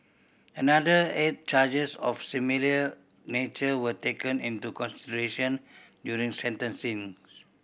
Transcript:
another eight charges of similar nature were taken into consideration during sentencings